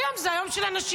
היום זה היום של הנשים.